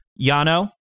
Yano